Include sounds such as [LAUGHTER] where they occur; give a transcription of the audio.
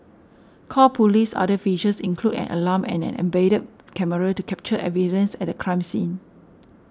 call Police's other features include an alarm and an embedded [UNINTELLIGIBLE] camera to capture evidence at a crime scene